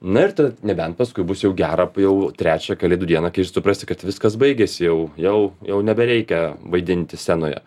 na ir tad nebent paskui bus jau gera jau trečią kalėdų dieną kai ir suprasi kad viskas baigės jau jau jau nebereikia vaidinti scenoje